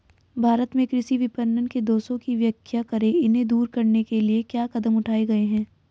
भारत में कृषि विपणन के दोषों की व्याख्या करें इन्हें दूर करने के लिए क्या कदम उठाए गए हैं?